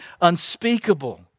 unspeakable